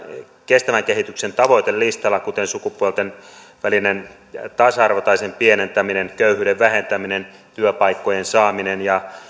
kestävän kehityksen tavoitelistalla kuten sukupuolten välisten tasa arvoerojen pienentäminen köyhyyden vähentäminen työpaikkojen saaminen ja